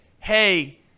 hey